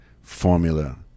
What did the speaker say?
formula